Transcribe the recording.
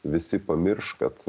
visi pamirš kad